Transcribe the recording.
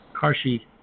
Karshi